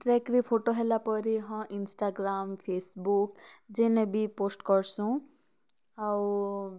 ଟ୍ରେକରେ photo ହେଲାପରେ ହଁ Instagram Facebook ଯେନେ ବି ପୋଷ୍ଟ୍ କରସୁଁ ଆଉ